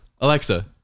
Alexa